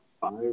five